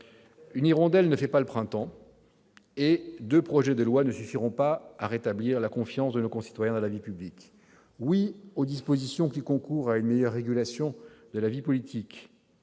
Une hirondelle ne fait pas le printemps, et deux projets de loi ne suffiront pas à rétablir la confiance de nos concitoyens dans la vie publique. Oui aux dispositions qui concourent à une meilleure régulation de notre vie publique,